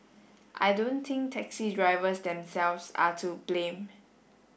I don't think taxi drivers themselves are to blame